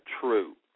true